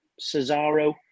Cesaro